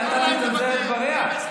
ואתה מצנזר את דבריה?